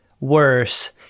worse